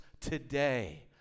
today